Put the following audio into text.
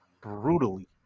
brutally